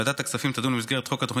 ועדת הכספים תדון במסגרת חוק התוכנית